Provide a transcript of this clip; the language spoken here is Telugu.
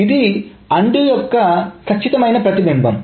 ఇది అన్డు యొక్క ఖచ్చితమైన ప్రతిబింబం